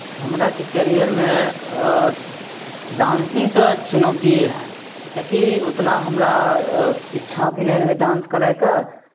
हमराके कैरियरमे डान्सिंग तऽ चुनौतिए रहय किएकि उतना हमरा इच्छा भी नहि रहय डान्स करयके